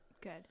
good